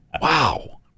Wow